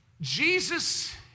Jesus